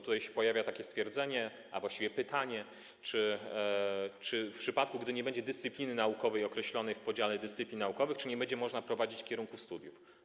Tutaj pojawia się stwierdzenie, a właściwie pytanie, czy w przypadku gdy nie będzie dyscypliny naukowej określonej w podziale dyscyplin naukowych, będzie można prowadzić kierunki studiów.